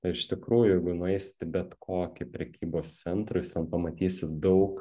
iš tikrųjų jeigu nueisit į bet kokį prekybos centrą jūs ten pamatysit daug